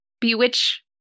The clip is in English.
bewitch